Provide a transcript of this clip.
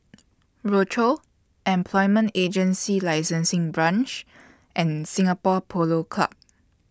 Rochor Employment Agency Licensing Branch and Singapore Polo Club